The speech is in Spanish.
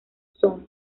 zone